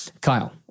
Kyle